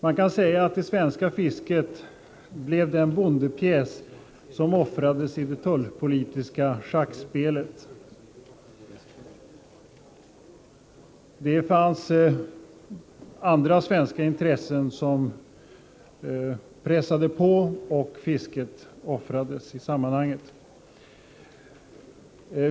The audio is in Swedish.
Man kan säga att det svenska fisket var den bondepjäs som offrades i det tullpolitiska schackspelet. Det fanns andra svenska intressen som pressade på, och fisket offrades i sammanhanget.